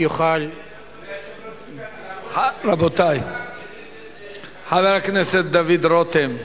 חבר הכנסת דוד רותם,